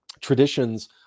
traditions